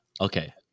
Okay